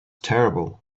terrible